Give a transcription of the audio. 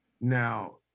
Now